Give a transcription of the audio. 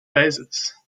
phases